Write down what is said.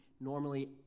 normally